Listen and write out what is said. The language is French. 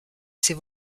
ces